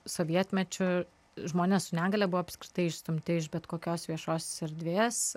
sovietmečiu žmonės su negalia buvo apskritai išstumti iš bet kokios viešosios erdvės